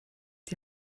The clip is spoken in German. die